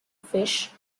fish